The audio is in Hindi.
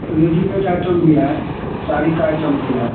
रेडीमेड आइटम भी है साड़ी का आइटम भी है